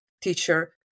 teacher